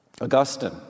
Augustine